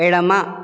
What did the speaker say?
ఎడమ